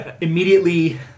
Immediately